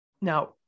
Now